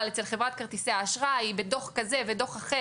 אצל חברת כרטיסי האשראי בדוח כזה ודוח אחר,